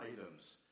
items